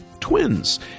Twins